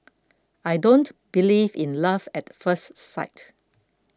I don't believe in love at first sight